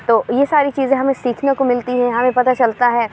تو یہ ساری چیزیں ہمیں سیکھنے کو ملتی ہیں ہمیں پتہ چلتا ہے